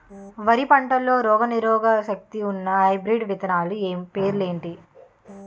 వరి పంటలో రోగనిరోదక శక్తి ఉన్న హైబ్రిడ్ విత్తనాలు పేర్లు ఏంటి?